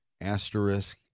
asterisk